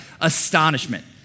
Astonishment